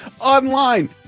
online